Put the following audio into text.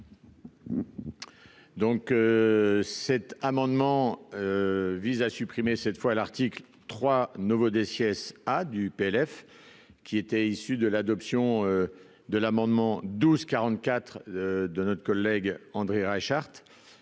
Donc, cet amendement vise à supprimer cette fois à l'article 3 nouveaux des sièges à du PLF qui était issu de l'adoption de l'amendement 12 quarante-quatre de notre collègue André Reichardt,